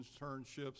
Internships